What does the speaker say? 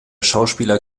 schauspieler